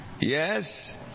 Yes